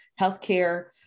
healthcare